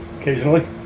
Occasionally